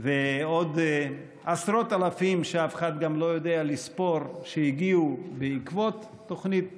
ועוד עשרות אלפים שאף אחד גם לא יודע לספור שהגיעו בעקבות תוכנית נעל"ה,